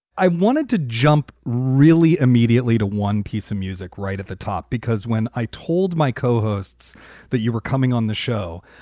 i wanted to jump really immediately to one piece of music right at the top, because when i told my co-hosts that you were coming on the show,